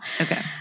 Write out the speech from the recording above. Okay